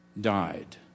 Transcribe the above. died